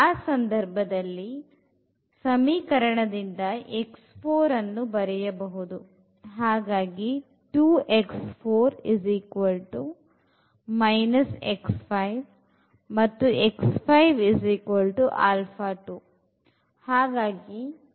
ಆ ಸಂದರ್ಭದಲ್ಲಿ ಸಮೀಕರಣದಿಂದ ಅನ್ನು ಬರೆಯಬಹುದು ಹಾಗಾಗಿ 2 alpha 2